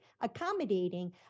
accommodating